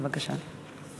בבקשה.